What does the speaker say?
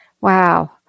Wow